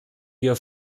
wir